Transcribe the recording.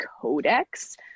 codex